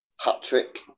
hat-trick